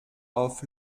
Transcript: auf